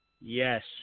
Yes